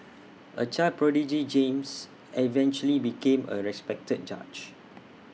A child prodigy James eventually became A respected judge